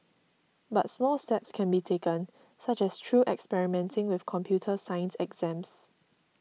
but small steps can be taken such as through experimenting with computer science exams